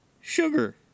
sugar